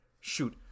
shoot